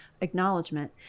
acknowledgement